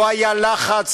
לא היה לחץ,